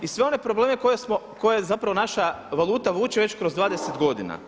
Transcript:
I sve one probleme koje zapravo naša valuta vuče već kroz 20 godina.